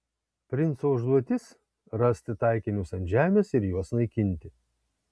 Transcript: princo užduotis rasti taikinius ant žemės ir juos naikinti